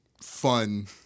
fun